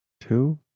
two